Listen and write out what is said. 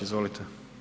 Izvolite.